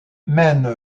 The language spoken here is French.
mène